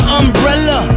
umbrella